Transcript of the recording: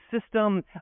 system